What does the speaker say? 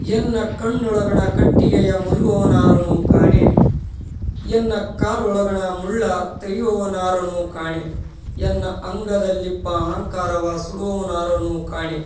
ಎನ್ನ ಕಣ್ಣೊಳಗಣ ಕಟ್ಟಿಗೆಯ ಮುರಿವವರನಾರನೂ ಕಾಣೆ ಎನ್ನ ಕಾಲೊಳಗಣ ಮುಳ್ಳ ತೆಗೆವವರನಾರನೂ ಕಾಣೆ ಎನ್ನ ಅಂಗದಲ್ಲಿದ್ದ ಅಹಂಕಾರವ ಸುಡುವವರನಾರನೂ ಕಾಣೆ